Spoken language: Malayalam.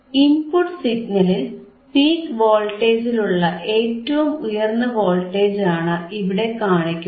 ഇൻപുട്ട് സിഗ്നലിൽ പീക് വോൾട്ടേജിലുള്ള ഏറ്റവും ഉയർന്ന വോൾട്ടേജാണ് ഇവിടെ കാണിക്കുന്നത്